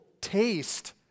taste